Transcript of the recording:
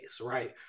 right